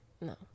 no